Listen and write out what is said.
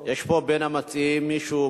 יש פה מבין המציעים מישהו?